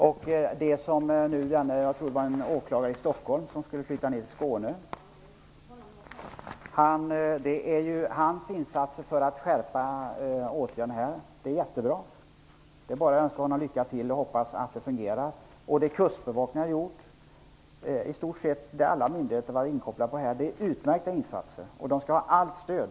Jag tror att det var en åklagare i Stockholm som skall flytta ned till Skåne vars insatser för att vidta kraftfullare åtgärder är mycket bra. Det är bara att önska honom lycka till och hoppas att det skall fungera. Det som kustbevakningen har gjort och som även andra myndigheter har varit inkopplade på är utmärkta insatser, och de skall ha allt stöd.